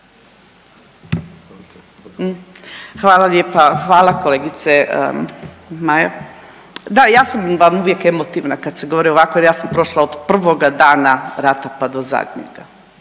Hvala lijepa, hvala kolegica Maja. Da, ja sam vam uvijek emotivna kad se govorio ovako jer ja sam prošla od prvoga dana rata pa do zadnjega,